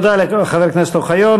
תודה לחבר הכנסת אוחיון.